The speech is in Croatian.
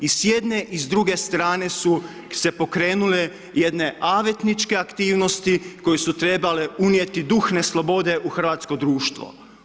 I sjedne i s druge strane su se pokrenule jedne avetničke aktivnosti koje su trebale unijeti duh neslobode u hrvatsko društvo.